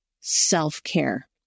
self-care